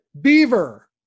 Beaver